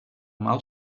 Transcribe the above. mal